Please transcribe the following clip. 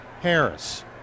Harris